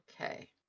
Okay